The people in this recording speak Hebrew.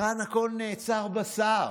כאן הכול נעצר בשר.